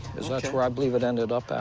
that's where i believe it ended up.